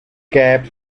cap